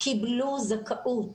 קיבלו זכאות